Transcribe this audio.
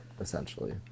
essentially